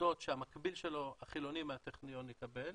עבודות שהמקביל שלו החילוני מהטכניון יקבל.